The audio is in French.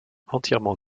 entièrement